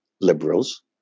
liberals